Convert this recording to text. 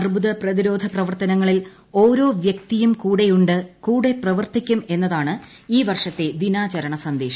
അർബുദ പ്രതിരോധ പ്രവർത്തന്റങ്ങളിൽ ഓരോ വൃക്തിയും കൂടെയുണ്ട് കൂടെ പ്രവർത്തിക്കും എന്നതാണ് ഈ വർഷത്തെ ദിനാചരണ സന്ദേശം